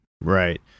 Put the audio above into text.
Right